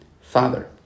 father